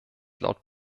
laut